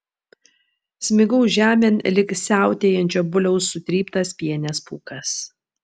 smigau žemėn lyg siautėjančio buliaus sutryptas pienės pūkas